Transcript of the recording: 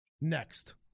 next